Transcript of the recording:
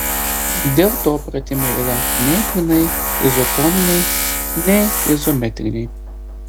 dėl to pratimai yra nei grynai izotoniniai nei izometriniai